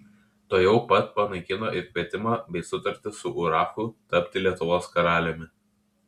tuojau pat panaikino ir kvietimą bei sutartį su urachu tapti lietuvos karaliumi